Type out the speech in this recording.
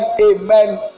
amen